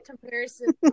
comparison